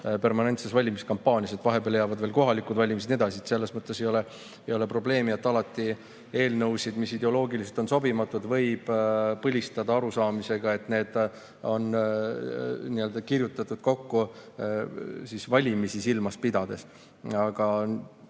permanentses valimiskampaanias. Vahepeale jäävad veel kohalikud valimised ja nii edasi. Selles mõttes ei ole probleemi. Alati võib eelnõusid, mis ideoloogiliselt on sobimatud, põlistada arusaamisega, et need on kirjutatud kokku valimisi silmas pidades. Aga